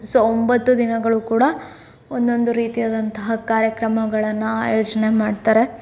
so ಒಂಬತ್ತು ದಿನಗಳು ಕೂಡ ಒಂದೊಂದು ರೀತಿಯಾದಂತಹ ಕಾರ್ಯಕ್ರಮಗಳನ್ನು ಆಯೋಜನೆ ಮಾಡ್ತಾರೆ